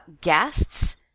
guests